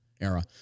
era